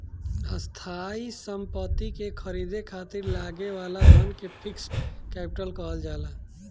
स्थायी सम्पति के ख़रीदे खातिर लागे वाला धन के फिक्स्ड कैपिटल कहल जाला